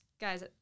guys